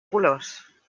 colors